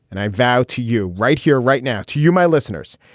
and i vow to you right here, right now, to you, my listeners,